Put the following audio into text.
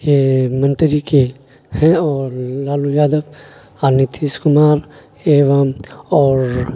یہ منتری کے ہیں اور لالو یادو اور نتیش کمار ایوم اور